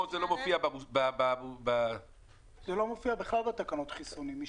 פה זה לא מופיע --- זה לא מופיע בכלל בתקנות החיסונים.